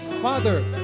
Father